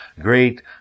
great